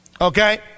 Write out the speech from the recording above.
Okay